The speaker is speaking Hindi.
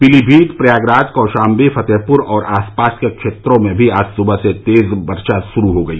पीलीभीत प्रयागराज कौशाम्बी फतेहपुर और आसपास के क्षेत्रों में भी आज सुबह से तेज वर्षा शुरू हो गई